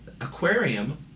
aquarium